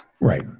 right